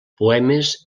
poemes